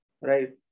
right